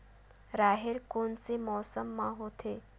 राहेर कोन से मौसम म होथे?